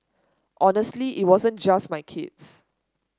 honestly it wasn't just my kids